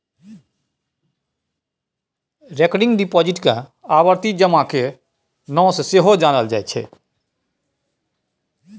recurring deposit केँ आवर्ती जमा केर नाओ सँ सेहो जानल जाइ छै